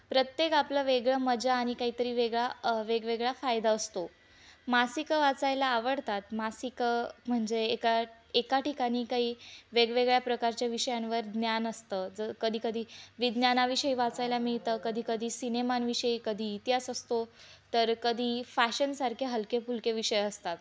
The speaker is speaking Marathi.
प्रत्येक आपलं वेगळं मजा आणि काहीतरी वेगळा वेगवेगळा फायदा असतो मासिकं वाचायला आवडतात मासिकं म्हणजे एका एका ठिकाणी काही वेगवेगळ्या प्रकारच्या विषयांवर ज्ञान असतं जर कधी कधी विज्ञानाविषयी वाचायला मिळतं कधी कधी सिनेमांविषयी कधी इतिहास असतो तर कधी फॅशनसारखे हलके फुलके विषय असतात